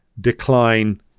decline